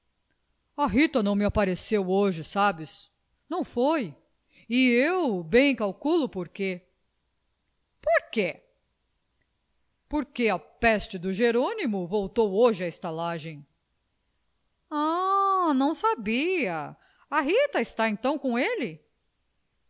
a rita não me apareceu hoje sabes não foi e eu bem calculo por quê por quê porque a peste do jerônimo voltou hoje à estalagem ahn não sabia a rita está então com ele